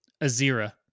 Azira